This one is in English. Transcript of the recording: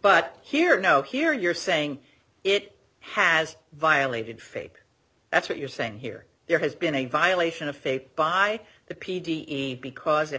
but here no here you're saying it has violated faith that's what you're saying here there has been a violation of faith by the p d because it